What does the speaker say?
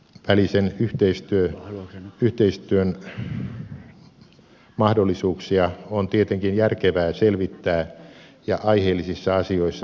korkeakoulujen välisen yhteistyön mahdollisuuksia on tietenkin järkevää selvittää ja aiheellisissa asioissa toteuttaa